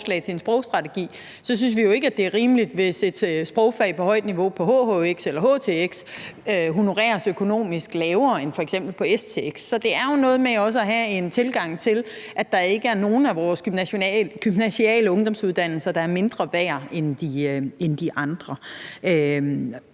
forslag til en sprogstrategi, så synes vi jo ikke, at det er rimeligt, hvis et sprogfag på højt niveau på hhx eller htx honoreres økonomisk lavere end f.eks. på stx. Så det er jo noget med også at have en tilgang til, at der ikke er nogen af vores gymnasiale ungdomsuddannelser, der er mindre værd end de andre.